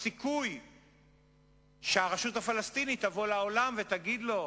הסיכוי שהרשות הפלסטינית תבוא לעולם ותגיד לו: